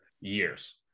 years